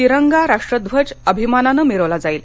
तिरंगा राष्ट्रध्वज अभिमानानं मिरवला जाईल